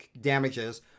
damages